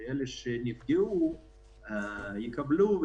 כי אלה שנפגעו יקבלו,